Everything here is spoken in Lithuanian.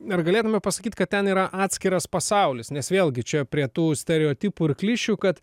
ar galėtume pasakyt kad ten yra atskiras pasaulis nes vėlgi čia prie tų stereotipų ir klišių kad